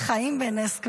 חיים בנס.